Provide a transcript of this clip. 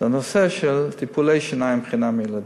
זה הנושא של טיפולי שיניים חינם לילדים.